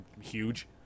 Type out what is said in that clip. huge